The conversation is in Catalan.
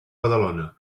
badalona